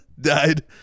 Died